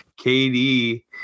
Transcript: KD